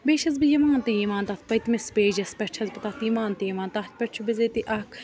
بیٚیہِ چھَس بہٕ یِوان تہِ یِوان تَتھ پٔتمِس پیجَس پٮ۪ٹھ چھَس بہٕ تَتھ یِوان تہِ یِوان تَتھ پٮ۪ٹھ چھُ بِذٲتی اَکھ